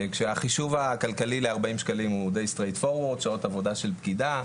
כשהחישוב הכלכלי ל-40 שקלים הוא שעות עבודה של פקידה.